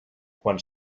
quan